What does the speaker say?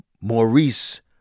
Maurice